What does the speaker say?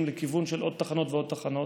לכיוון של עוד תחנות ועוד תחנות,